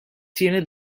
tieni